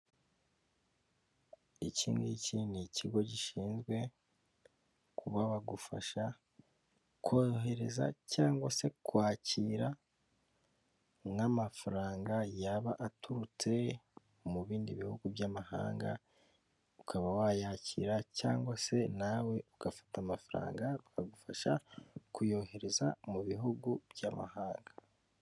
Iki ngiki ni ikigo gishinzwe kubagufasha kohereza cyangwa se kwakira nk'amafaranga yaba aturutse mu bindi bihugu by'amahanga, ukaba wayakira cyangwa se nawe ugafata amafaranga bakagufasha kuyohereza mu bihugu by'amahanga.